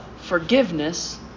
forgiveness